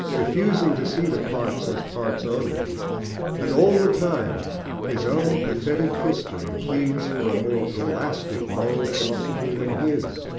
refusing to see the parts as parts only and all the time his own pathetic history pleads for a more elastic moral philosophy than his,